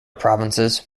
provinces